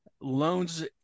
Loans